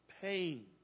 pain